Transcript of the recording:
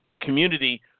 community